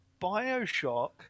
Bioshock